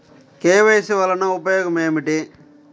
KYC వలన ఉపయోగం ఏమిటీ?